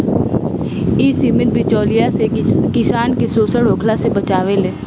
इ समिति बिचौलियों से किसान के शोषण होखला से बचावेले